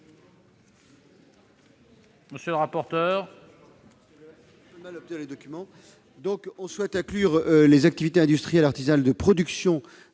Monsieur le rapporteur